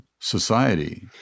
society